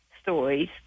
stories